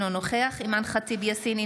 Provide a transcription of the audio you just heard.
אינו נוכח אימאן ח'טיב יאסין,